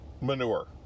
manure